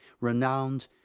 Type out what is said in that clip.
renowned